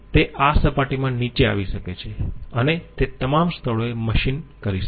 તે આ સપાટીમાં નીચે આવી શકે છે અને તે તમામ સ્થળોએ મશીન કરી શકે છે